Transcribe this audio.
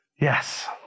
Yes